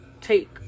take